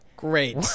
Great